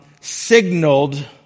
signaled